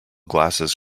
glasses